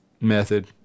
method